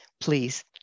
Please